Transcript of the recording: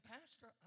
Pastor